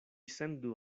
sendu